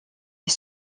est